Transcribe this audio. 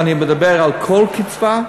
ואני מדבר על כל קצבה,